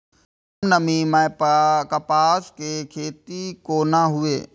कम नमी मैं कपास के खेती कोना हुऐ?